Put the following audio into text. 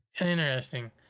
Interesting